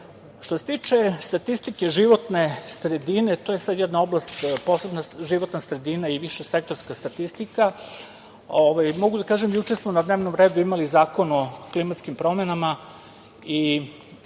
se tiče statistike životne sredine, to je jedna oblast koja je posebna životna sredina i višesektorska statistika. Mogu da kažem da smo juče na dnevnom redu imali Zakon o klimatskim promenama i